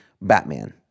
Batman